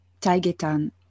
Taigetan